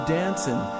dancing